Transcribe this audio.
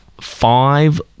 five